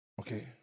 Okay